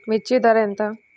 మిర్చి ధర ఎంత?